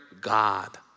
God